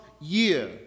year